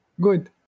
good